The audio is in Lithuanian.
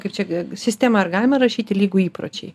kaip čia sistemą ar galima rašyti lygu įpročiai